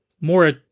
more